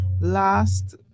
last